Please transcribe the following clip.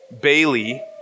Bailey